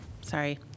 Sorry